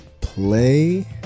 play